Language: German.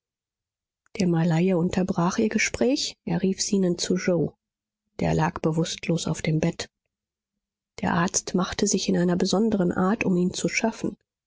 der malaie unterbrach ihr gespräch er rief zenon zu yoe der lag bewußtlos auf dem bett der arzt machte sich in einer besonderen art um ihn zu schaffen